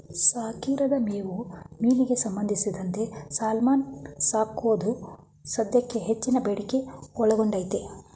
ಸಾಕಿರದ ಮೇವು ಮೀನಿಗೆ ಸಂಬಂಧಿಸಿದಂತೆ ಸಾಲ್ಮನ್ ಸಾಕೋದು ಸದ್ಯಕ್ಕೆ ಹೆಚ್ಚಿನ ಬೇಡಿಕೆ ಒಳಗೊಂಡೈತೆ